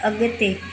अगि॒ते